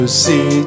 see